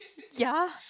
ya